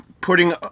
putting